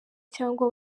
cyangwa